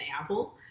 apple